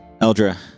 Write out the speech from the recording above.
Eldra